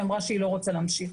היא אמרה שהיא לא רוצה להמשיך.